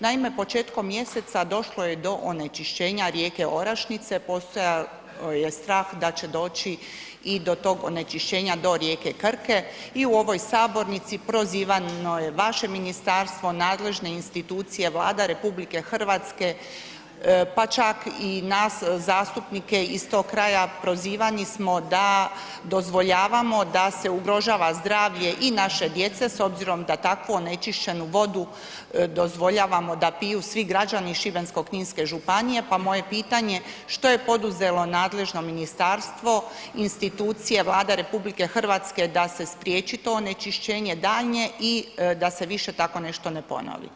Naime, početkom mjeseca došlo je do onečišćenja rijeke Orašnice, postojao je strah da će doći i do tog onečišćenja do rijeke Krke i u ovoj sabornici prozivano je vaše ministarstvo, nadležne institucije, Vlada RH, pa čak i nas zastupnike iz tog kraja, prozivani smo da dozvoljavamo da se ugrožava zdravlje i naše djece s obzirom da tako onečišćenu vodu dozvoljavamo da piju svi građani šibensko-kninske županije, pa moje pitanje što je poduzelo nadležno ministarstvo, institucije Vlade RH da se spriječi to onečišćenje daljnje i da se više tako nešto ne ponovi?